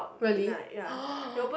really